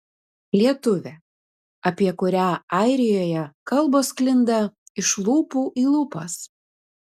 lietuvė apie kurią airijoje kalbos sklinda iš lūpų į lūpas